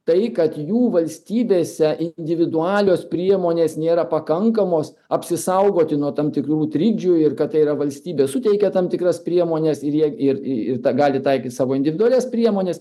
tai kad jų valstybėse individualios priemonės nėra pakankamos apsisaugoti nuo tam tikrų trikdžių ir kad tai yra valstybė suteikia tam tikras priemones ir jie ir ir tą gali taikyt savo individualias priemones